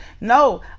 No